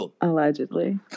Allegedly